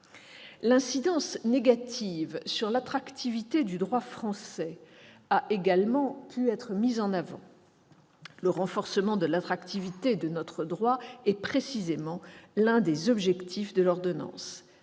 L'incidence négative sur l'attractivité du droit français a également pu être mise en avant. Le renforcement de l'attractivité de notre droit est précisément l'un des objectifs de l'ordonnance.